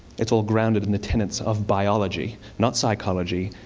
it's all grounded in the tenets of biology. not psychology,